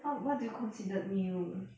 how what do you considered new